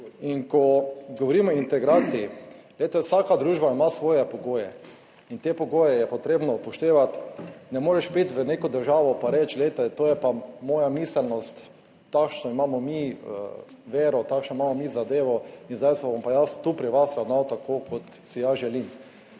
In ko govorimo o integraciji, glejte, vsaka družba ima svoje pogoje in te pogoje je potrebno upoštevati. 20. TRAK: (SC) – 14.35 (nadaljevanje) Ne moreš priti v neko državo pa reči, glejte, to je pa moja miselnost, takšno imamo mi vero, takšno imamo mi zadevo in zdaj se bom pa jaz tu pri vas ravnal tako kot si jaz želim.